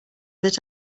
that